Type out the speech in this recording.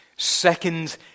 Second